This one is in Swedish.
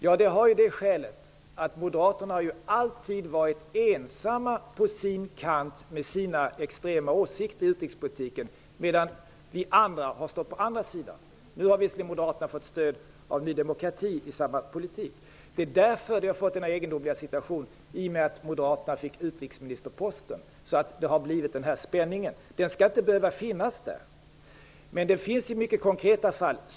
Ja, moderaterna har ju alltid varit ensamma på sin kant med sina extrema åsikter i utrikespolitiken, medan vi andra har stått på den andra sidan. Nu har Moderaterna visserligen fått stöd av Ny demokrati i samma politik. Den här egendomliga situationen uppstod i och med att Moderaterna fick utrikesministerposten. Därför har vi fått den här spänningen. Den skall inte behöva finnas där. Men den finns i mycket konkreta fall.